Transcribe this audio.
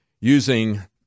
using